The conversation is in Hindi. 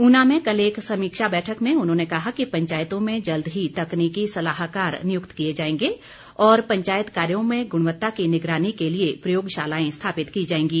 ऊना में कल एक समीक्षा बैठक में उन्होंने कहा कि पंचायतों में जल्द ही तकनीकी सलाहकार नियुक्त किए जाएंगे और पंचायत कार्यों में गुणवत्ता की निगरानी के लिए प्रयोगशालाएं स्थापित की जाएंगी